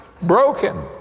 broken